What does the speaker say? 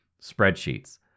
Spreadsheets